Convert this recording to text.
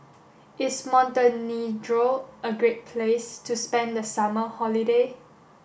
is Montenegro a great place to spend the summer holiday